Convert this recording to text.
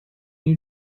you